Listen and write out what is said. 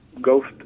ghost